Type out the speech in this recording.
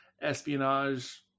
espionage